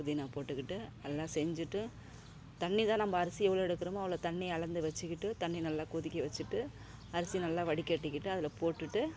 புதினா போட்டுக்கிட்டு எல்லா செஞ்சுட்டு தண்ணிதான் நம்ம அரிசி எவ்வளோ எடுக்குறோமோ அவ்வளோ தண்ணி அளந்து வச்சுக்கிட்டு தண்ணி நல்லா கொதிக்க வச்சுட்டு அரிசி நல்லா வடிகட்டிக்கிட்டு அதில் போட்டுவிட்டு